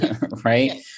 right